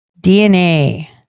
DNA